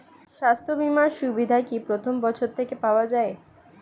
স্বাস্থ্য বীমার সুবিধা কি প্রথম বছর থেকে পাওয়া যায়?